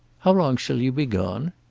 how long shall you be gone?